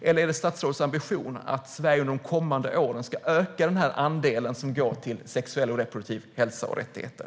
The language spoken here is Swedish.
Eller är det statsrådets ambition att Sverige under de kommande åren ska öka andelen som går till sexuell och reproduktiv hälsa och rättigheter?